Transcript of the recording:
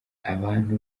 abantu